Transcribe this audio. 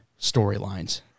storylines